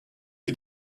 wie